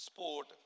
Sport